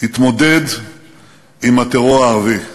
התמודד עם הטרור הערבי.